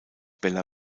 bella